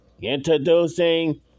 introducing